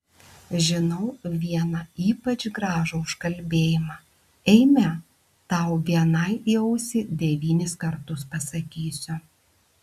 žinau vieną ypač gražų užkalbėjimą eime tau vienai į ausį devynis kartus pasakysiu